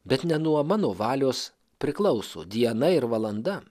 bet ne nuo mano valios priklauso diena ir valanda